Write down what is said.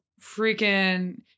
freaking